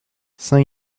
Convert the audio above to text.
sain